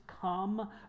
come